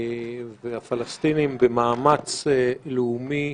והפלסטינים במאמץ לאומי